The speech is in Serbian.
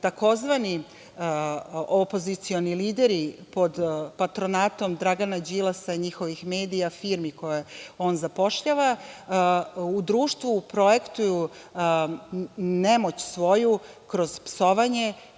tzv. opozicioni lideri pod patronatom Dragana Đilasa i njihovih medija, firmi koje on zapošljava, u društvu projektuju nemoć svoju kroz psovanje,